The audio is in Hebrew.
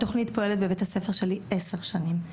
התוכנית פועלת בבית הספר שלי מזה עשר שנים.